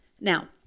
Now